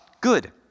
good